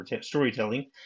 storytelling